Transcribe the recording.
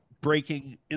breaking